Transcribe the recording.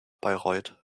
bayreuth